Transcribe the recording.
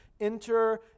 Enter